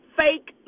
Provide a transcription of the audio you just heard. fake